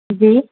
جی